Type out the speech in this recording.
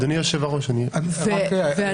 אני